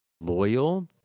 loyal